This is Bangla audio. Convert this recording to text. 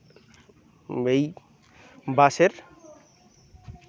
এই বাসের